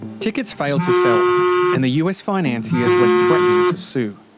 tickets failed to sell and the us financiers were threatening to sue.